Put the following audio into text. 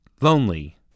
lonely